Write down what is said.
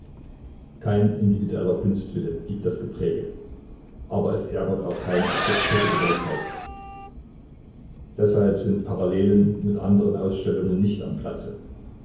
kein individueller kunstwille gibt das gepräge aber es ärgert auch keine affektierte gewolltheit deshalb sind parallelen mit andern ausstellungen nicht am platze